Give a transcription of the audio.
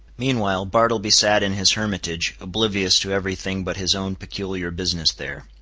meanwhile bartleby sat in his hermitage, oblivious to every thing but his own peculiar business there.